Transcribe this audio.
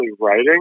writing